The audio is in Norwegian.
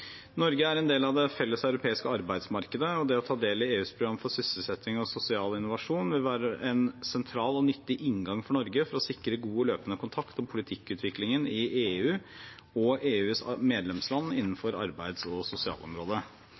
Norge er en del av det felles europeiske arbeidsmarkedet, og det å ta del i EUs program for sysselsetting og sosial innovasjon vil være en sentral og nyttig inngang for Norge for å sikre god og løpende kontakt om politikkutviklingen i EU og EUs medlemsland innenfor arbeids- og sosialområdet.